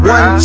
One